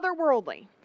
otherworldly